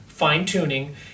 fine-tuning